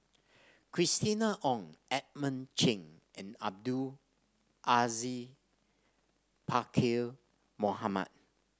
Christina Ong Edmund Cheng and Abdul Aziz Pakkeer Mohamed